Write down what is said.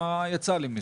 מה יצא לי מזה.